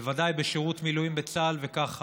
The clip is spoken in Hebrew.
בוודאי בשירות המילואים בצה"ל וכך הלאה.